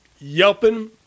Yelping